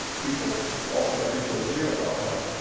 people also, i think, would agree about that.